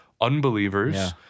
unbelievers